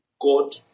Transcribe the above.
God